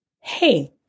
hey